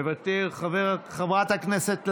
מוותר, חברת הכנסת לנדה,